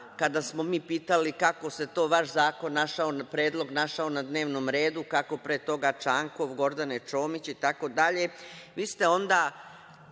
kada smo mi pitali kako se to vaš predlog našao na dnevnom redu, kako pre toga Čankov, Gordane Čomić itd, vi ste onda